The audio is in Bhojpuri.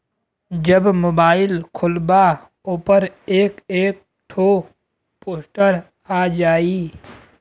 जब मोबाइल खोल्बा ओपर एक एक ठो पोस्टर आ जाई